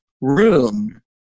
room